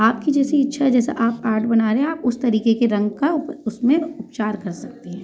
आपकी जैसी इच्छा है जैसे आप आर्ट बना रहें आप उस तरीके के रंग का उसमें उपचार कर सकते हैं